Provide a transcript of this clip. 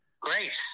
great